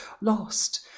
lost